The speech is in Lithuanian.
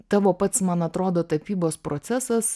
tavo pats man atrodo tapybos procesas